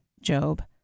Job